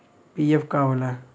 PF का होला?